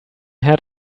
head